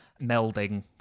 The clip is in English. melding